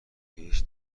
هیچ